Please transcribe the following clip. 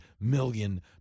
million